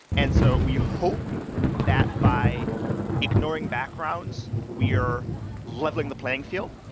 and so we hope that by ignoring backgrounds, we are leveling the playing field.